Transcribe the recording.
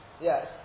yes